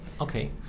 Okay